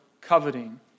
coveting